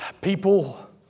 People